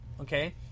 okay